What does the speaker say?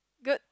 good